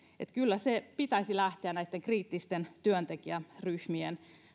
kyllä sen pitäisi lähteä näitten kriittisten työntekijäryhmien